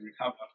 recover